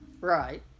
right